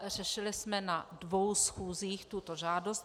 Řešili jsme na dvou schůzích tuto žádost.